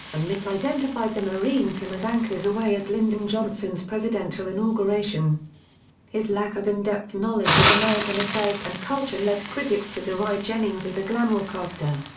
and misidentified the marines' hymn as anchors aweigh at lyndon johnson's presidential inauguration his lack of in-depth knowledge of american affairs and culture led critics to deride jennings as a glamorcaster.